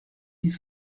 die